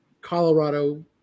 Colorado